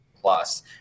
Plus